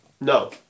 no